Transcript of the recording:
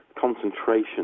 concentration